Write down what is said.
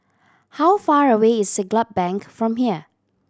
how far away is Siglap Bank from here